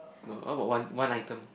no how about one one item